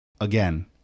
Again